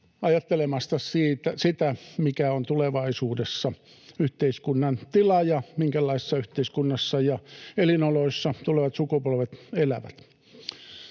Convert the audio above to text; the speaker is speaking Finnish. ajatella sitä, mikä on tulevaisuudessa yhteiskunnan tila ja minkälaisessa yhteiskunnassa ja elinoloissa tulevat sukupolvet elävät.